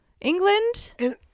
England